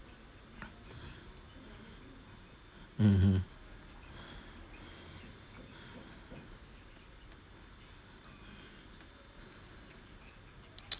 mmhmm